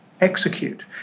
execute